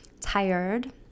tired